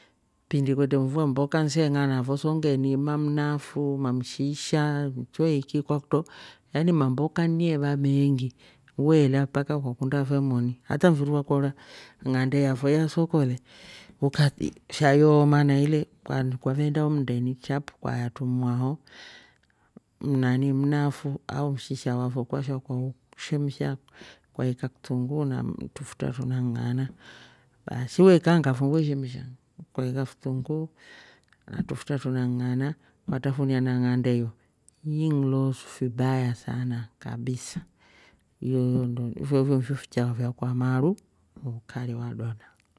Kipindi kwetre mfua mboka se ng'ana fo so ngeni mamnafu, mamshisha, choiki kwakutro yan mamboka nevaa meengi weelya mpaka mpaka ukakunda fe moni hata mfiri wakora ng'ande yafo ya soko le uka- sha yooma nahi le kwaveenda ooh mndeni chap ukaetrumua ho. mnani mnafu au mshisha wafo kwasha kwaushemsha ukaikya kitunguu na trufutra tunang'ana baasi we kaanga fo weshemsha ukaikaftunguu na trufutra trunag'ana katrafunia na ng'ande yo. inloosu fibaya sana kabisa yooyo- ndo ifo fyoo fichao fyakwa maru na ukari wa dona.